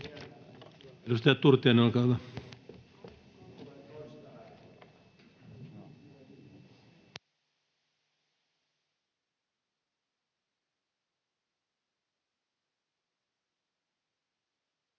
Edustaja Turtiainen, olkaa hyvä.